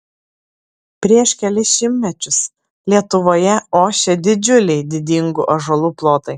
prieš kelis šimtmečius lietuvoje ošė didžiuliai didingų ąžuolų plotai